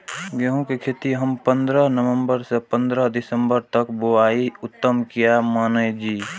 गेहूं के खेती हम पंद्रह नवम्बर से पंद्रह दिसम्बर तक बुआई उत्तम किया माने जी?